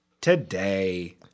today